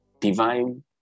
divine